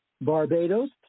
Barbados